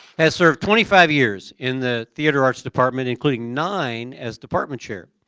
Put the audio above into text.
has served twenty five years in the theater arts department including nine, as department chair.